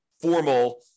formal